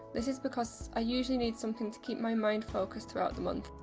this is because i usually need something to keep my mind focused throughout the month,